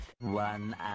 One